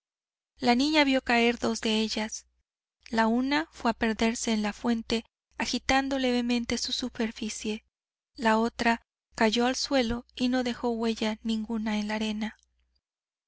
la niña vio caer dos de ellas la una fue a perderse en la fuente agitando levemente su superficie la otra cayó al suelo y no dejó huella ninguna en la arena